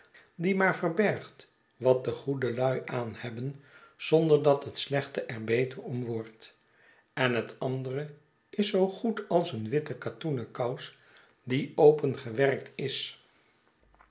die maar verbergt wat de goede lui aan hebben zonder dat het slechte er te beter om wordt en het andere is zoo goed als een witte katoenen kous die opengewerkt is